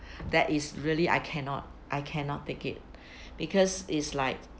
that is really I cannot I cannot take it because is like